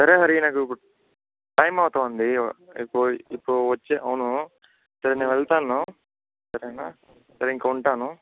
సరే హరి నాకు టైం అవుతుంది ఇప్పు ఇప్పుడు వచ్చి అవును సరే నేను వెళ్తాను సరేనా సరే ఇంకా ఉంటాను